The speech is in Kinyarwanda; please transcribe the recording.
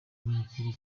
mukuru